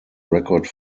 record